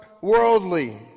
worldly